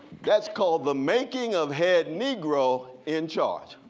that's called the making of head negro in charge.